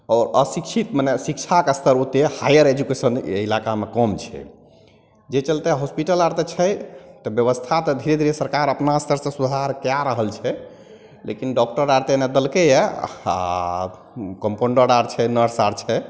आओर अशिक्षित मने शिक्षाके अस्तर ओतेक हाइअर एजुकेशन एहि इलाकामे कम छै जे चलिते हॉसपिटल आओर तऽ छै तऽ बेबस्था तऽ धीरे धीरे सरकार अपना अस्तरसे सुधार कै रहल छै लेकिन डॉकटर आओर तऽ ओहिमे देलकैए आओर ओ कम्पाउण्डर आओर छै नर्स आओर छै